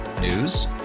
News